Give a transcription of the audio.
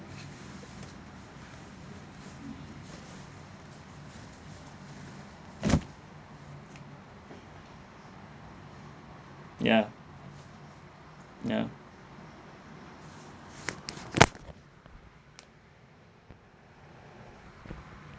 yeah yeah